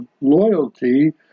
loyalty